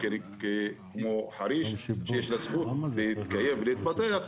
כמו חריש שיש לו זכות להתקיים ולהתפתח,